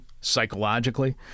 Psychologically